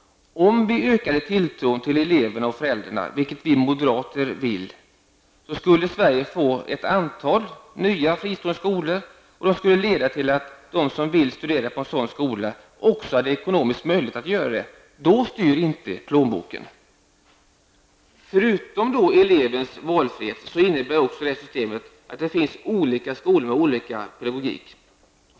Om vi ökade tilltron till eleverna och föräldrarna, vilket vi moderater vill, skulle Sverige få ett antal nya fristående skolor. Det skulle leda till att de som vill studera på en sådan skola också hade ekonomisk möjlighet att göra det. Då styr inte plånboken. Förutom valfrihet för eleverna så innebär systemet också att det finns olika skolor med olika pedagogik.